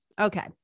Okay